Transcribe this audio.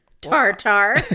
Tartar